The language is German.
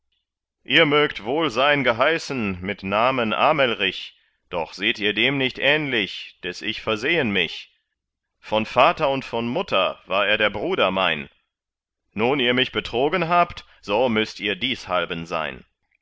ihr mögt wohl sein geheißen mit namen amelrich doch seht ihr dem nicht ähnlich des ich versehen mich von vater und von mutter war er der bruder mein nun ihr mich betrogen habt so müßt ihr dieshalben sein